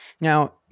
Now